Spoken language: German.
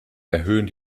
erhöhen